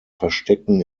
verstecken